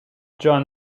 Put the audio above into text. john